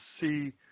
see